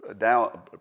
Now